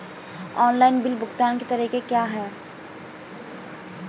Online bill भुगतान के तरीके क्या हैं?